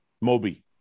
Moby